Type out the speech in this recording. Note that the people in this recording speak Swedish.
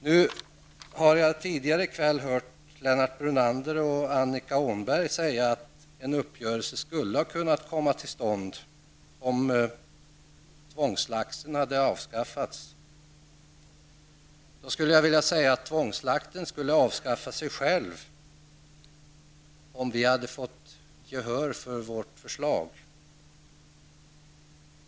Lennart Brunander och Annika Åhnberg har tidigare här i kväll sagt att en uppgörelse skulle ha kunnat komma till stånd om tvångsslakten hade avskaffats. Jag vill säga att tvångsslakten skulle avskaffa sig själv, om vi hade fått gehör för vårt förslag.